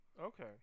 Okay